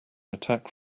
attack